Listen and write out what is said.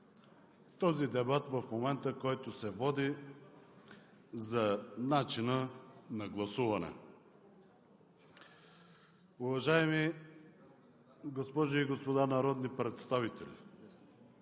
този дебат в момента, който се води, за начина на гласуване. Уважаеми госпожи и господа народни представители!